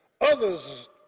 Others